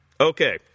Okay